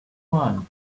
swan